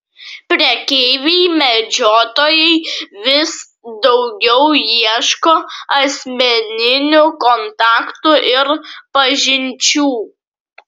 prekeiviai medžiotojai vis daugiau ieško asmeninių kontaktų ir pažinčių